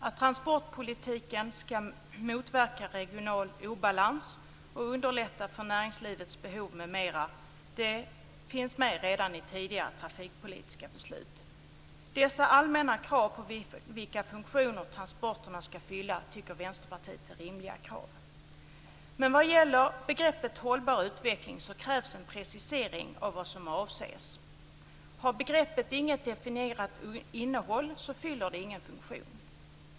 Att transportpolitiken skall motverka regional obalans och underlätta för näringslivets behov m.m. finns med redan i tidigare trafikpolitiska beslut. Dessa allmänna krav på vilka funktioner transporterna skall fylla tycker Vänsterpartiet är rimliga. Vad gäller begreppet hållbar utveckling krävs en precisering av vad som avses. Har begreppet inget definierat innehåll fyller det ingen funktion.